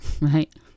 right